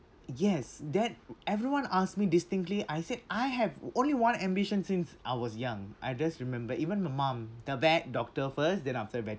yes that everyone ask me distinctly I said I have only one ambition since I was young I just remember even my mum the vet doctor first then after